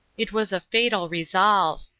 it was a fatal resolve.